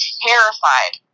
terrified